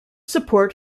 public